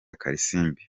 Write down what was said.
kalisimbi